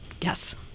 Yes